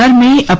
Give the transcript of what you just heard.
um may ah